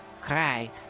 cry